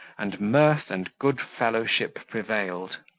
and mirth and good-fellowship prevailed.